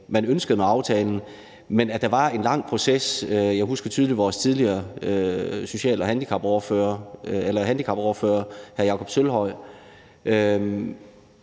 man ønskede med aftalen, men der var en lang proces – jeg husker tydeligt, at vores tidligere handicapordfører hr. Jakob Sølvhøj